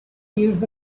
years